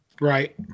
Right